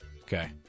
Okay